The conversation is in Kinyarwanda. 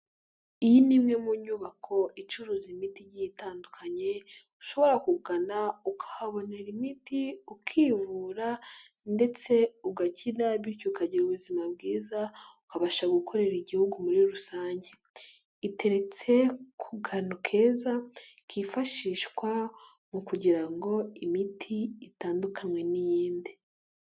Iyi ni imwe mu nyubako icuruza imiti igi itandukanye, ushobora kugana ukahabonera imiti, ukivura ndetse ugakira bityo ukagira ubuzima bwiza, ukabasha gukorera igihugu muri rusange. Iteretse ku kantu keza kifashishwa mu kugira ngo imiti itandukanwe n'iyindi.